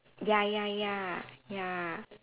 ya ya ya ya